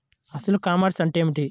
అసలు ఈ కామర్స్ అంటే ఏమిటి?